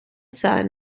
son